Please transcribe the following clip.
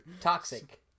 Toxic